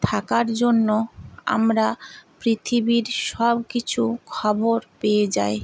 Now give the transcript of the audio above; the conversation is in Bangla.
থাকার জন্য আমরা পৃথিবীর সব কিছু খবর পেয়ে যাই